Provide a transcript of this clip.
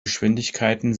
geschwindigkeiten